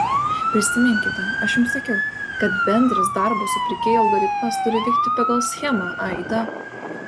prisiminkite aš jums sakiau kad bendras darbo su pirkėju algoritmas turi vykti pagal schemą aida